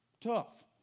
tough